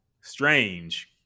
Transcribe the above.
strange